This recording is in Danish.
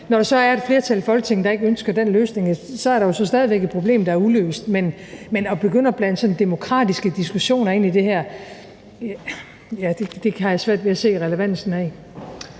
der så er et flertal i Folketinget, der ikke ønsker den løsning, er der jo stadig væk et problem, der er uløst. Men at begynde at blande sådan demokratiske diskussioner ind i det her har jeg svært ved at se relevansen af.